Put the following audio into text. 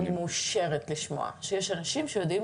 אני מאושרת לשמוע שיש אנשים שיודעים